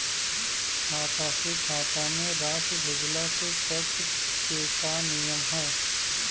खाता से खाता में राशि भेजला से टेक्स के का नियम ह?